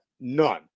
None